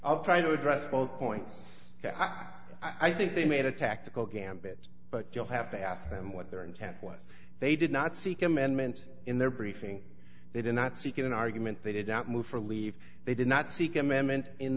i'll try to address both points yeah i think they made a tactical gambit but you'll have to ask them what their intent was they did not seek amendments in their briefing they did not seek in an argument they did not move for leave they did not seek amendment in